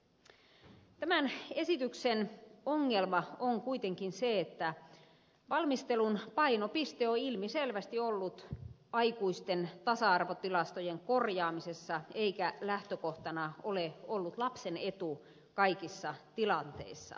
tämän esityksen ongelma on kuitenkin se että valmistelun painopiste on ilmiselvästi ollut aikuisten tasa arvotilastojen korjaamisessa eikä lähtökohtana ole ollut lapsen etu kaikissa tilanteissa